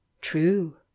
true